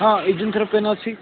ହଁ ଇଞ୍ଜିଙ୍ଗଟର୍ ପେନ୍ ଅଛି